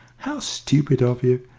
how stupid of you!